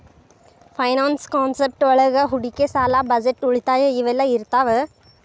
finance concept ಒಳಗ ಹೂಡಿಕಿ ಸಾಲ ಬಜೆಟ್ ಉಳಿತಾಯ ಇವೆಲ್ಲ ಇರ್ತಾವ